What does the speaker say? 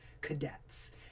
cadets